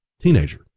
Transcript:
teenager